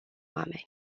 oameni